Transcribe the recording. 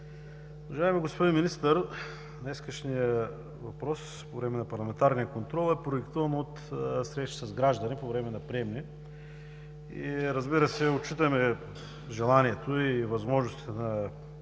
Уважаеми господин Министър, днешният въпрос, по време на парламентарен контрол, е продиктуван от срещи с граждани по време на приемни. Разбира се, отчитаме желанието и възможностите на